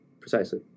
Precisely